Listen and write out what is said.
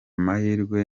mahirwe